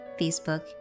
Facebook